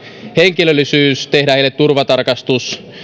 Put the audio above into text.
henkilöllisyys tehdä heille turvatarkastus